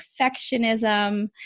perfectionism